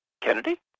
Kennedy